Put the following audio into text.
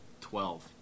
Twelve